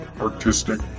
artistic